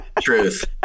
Truth